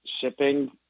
shipping